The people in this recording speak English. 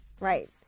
Right